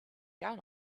down